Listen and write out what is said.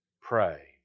pray